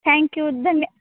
thank you धन्य